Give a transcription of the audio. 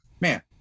man